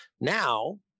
Now